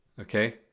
okay